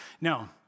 Now